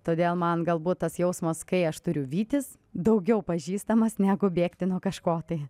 todėl man galbūt tas jausmas kai aš turiu vytis daugiau pažįstamas negu bėgti nuo kažko tai